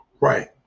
Right